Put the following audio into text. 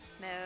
No